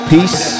Peace